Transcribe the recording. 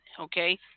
okay